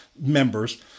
members